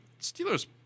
Steelers